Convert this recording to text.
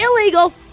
illegal